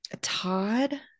Todd